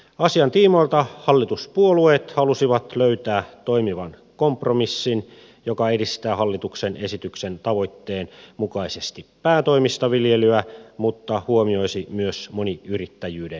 asian tiimoilta hallituspuolueet halusivat löytää toimivan kompromissin joka edistää hallituksen esityksen tavoitteen mukaisesti päätoimista viljelyä mutta huomioisi myös moniyrittäjyyden mahdollisuuksia